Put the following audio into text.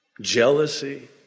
jealousy